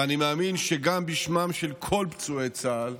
ואני מאמין שגם בשמם של כל פצועי צה"ל,